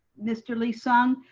mr. lee-sung.